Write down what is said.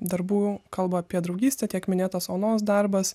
darbų kalba apie draugystę tiek minėtos onos darbas